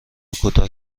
کوتاه